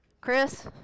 Chris